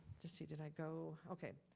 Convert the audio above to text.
just see, did i go, ok.